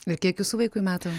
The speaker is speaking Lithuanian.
ir kiek jūsų vaikui metų